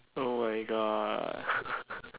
oh my god